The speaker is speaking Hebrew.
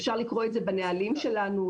אפשר לקרוא את זה בנהלים שלנו.